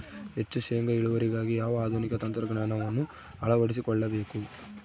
ಹೆಚ್ಚು ಶೇಂಗಾ ಇಳುವರಿಗಾಗಿ ಯಾವ ಆಧುನಿಕ ತಂತ್ರಜ್ಞಾನವನ್ನು ಅಳವಡಿಸಿಕೊಳ್ಳಬೇಕು?